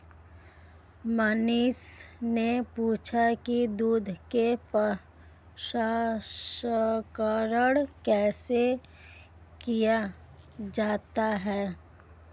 मनीष ने पूछा कि दूध के प्रसंस्करण कैसे की जाती है?